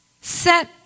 Set